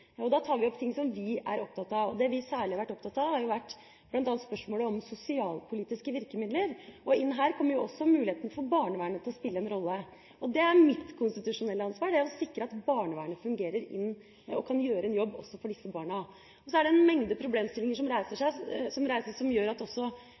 Da tar vi opp ting som vi er opptatt av, og det vi særlig har vært opptatt av, har vært bl.a. spørsmålet om sosialpolitiske virkemidler. Her kommer også muligheten for barnevernet til å spille en rolle. Mitt konstitusjonelle ansvar er å sikre at barnevernet fungerer og kan gjøre en jobb også for disse barna. Så er det en mengde problemstillinger som